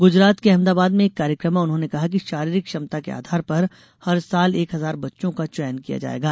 गुजरात के अहमदाबाद में एक कार्यक्रम में उन्होंने कहा कि शारीरिक क्षमता के आधार पर हर साल एक हजार बच्चों का चयन किया जायेगा